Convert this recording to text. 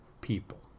people